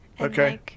Okay